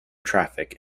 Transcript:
traffic